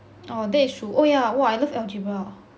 oh that is true oh yeah !wah! I love algebra